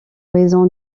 raison